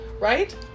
Right